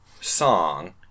Song